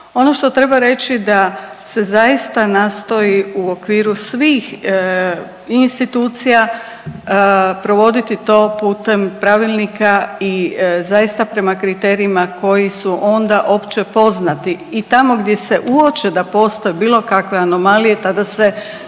Ono što treba reći da se zaista nastoji u okviru svih institucija provoditi to putem pravilnika i zaista prema kriterijima koji su onda opće poznati i tamo gdje se uoče da postoje bilo kakve anomalije, tada se